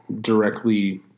directly